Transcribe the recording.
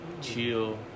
chill